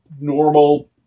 normal